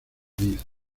cenizas